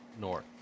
north